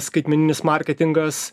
skaitmeninis marketingas